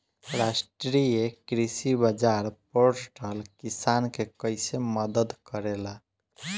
राष्ट्रीय कृषि बाजार पोर्टल किसान के कइसे मदद करेला?